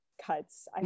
Cuts